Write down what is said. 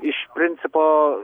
iš principo